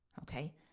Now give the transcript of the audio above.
Okay